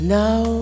now